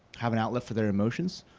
have an outlet for their emotions.